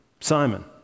Simon